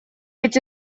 эти